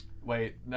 Wait